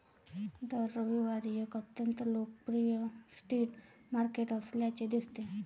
दर रविवारी एक अत्यंत लोकप्रिय स्ट्रीट मार्केट असल्याचे दिसते